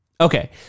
Okay